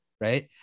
right